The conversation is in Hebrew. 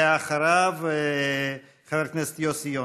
ואחריו, חבר הכנסת יוסי יונה.